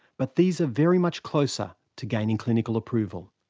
but these are very much closer to gaining clinical approval.